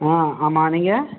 ஆ ஆமாம் நீங்கள்